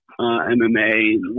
MMA